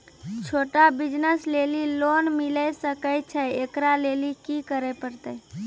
छोटा बिज़नस लेली लोन मिले सकय छै? एकरा लेली की करै परतै